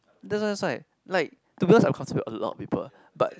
that's why that's why to be honest I am comfortable with a lot of people but